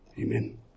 amen